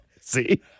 See